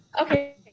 Okay